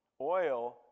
Oil